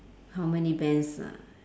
how many vans ah